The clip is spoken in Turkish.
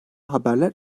haberler